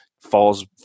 falls